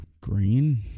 Green